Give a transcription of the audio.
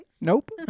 Nope